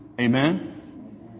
Amen